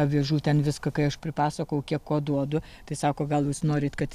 avižų ten viską kai aš pripasakojau kiek ko duodu tai sako gal jūs norit kad